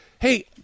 hey